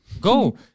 Go